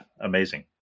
amazing